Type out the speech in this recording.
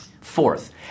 Fourth